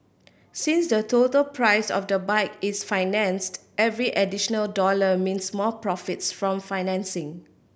since the total price of the bike is financed every additional dollar means more profits from financing